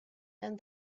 and